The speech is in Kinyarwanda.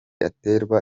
aterwa